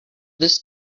this